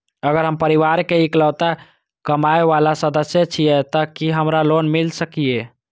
अगर हम परिवार के इकलौता कमाय वाला सदस्य छियै त की हमरा लोन मिल सकीए?